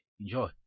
Enjoy